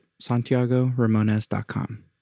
SantiagoRamones.com